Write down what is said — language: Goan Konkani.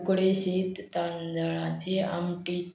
उकडें शीत तांदळाची आमटी